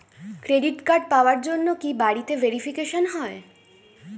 Credit card পাওয়ার জন্য কি বাড়িতে ভেরিফিকেশন হয়?